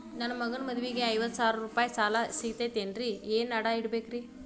ನನ್ನ ಮಗನ ಮದುವಿಗೆ ಐವತ್ತು ಸಾವಿರ ರೂಪಾಯಿ ಸಾಲ ಸಿಗತೈತೇನ್ರೇ ಏನ್ ಅಡ ಇಡಬೇಕ್ರಿ?